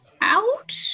Out